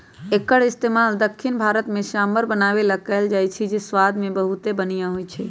एक्कर इस्तेमाल दख्खिन भारत में सांभर बनावे ला कएल जाई छई जे स्वाद मे बहुते बनिहा होई छई